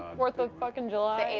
ah fourth of fucking july.